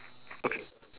okay